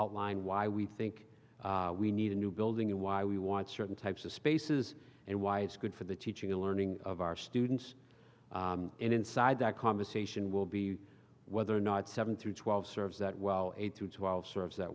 outline why we think we need a new building and why we want certain types of spaces and why it's good for the teaching and learning of our students inside that conversation will be whether or not seven through twelve serves that well eight to twelve serves that